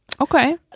Okay